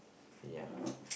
ya